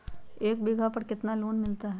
एक बीघा पर कितना लोन मिलता है?